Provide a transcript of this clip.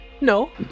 No